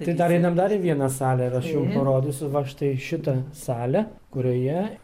tai dar einam dar į vieną salę ir aš jum parodysiu va štai šitą salę kurioje